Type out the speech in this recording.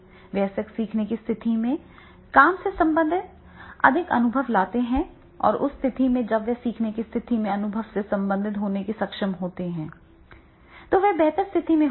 वयस्क सीखने की स्थिति में काम से संबंधित अधिक अनुभव लाते हैं और उस स्थिति में जब वे सीखने की स्थिति में अनुभव से संबंधित होने में सक्षम होते हैं तो वे बेहतर स्थिति में होंगे